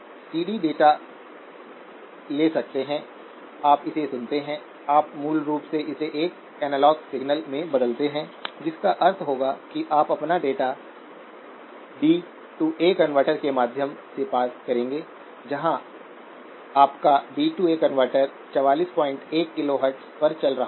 gate voltage को बढ़ाना पड़ता है और ड्रेन वोल्टेज को कम करना पड़ता है जब तक यह ट्राइओड रीजन में प्रवेश नहीं करता है